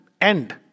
end